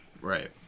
Right